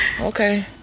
Okay